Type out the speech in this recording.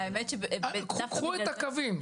קחו את הקווים,